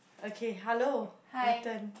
okay hello your turn